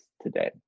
today